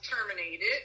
terminated